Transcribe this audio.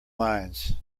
minds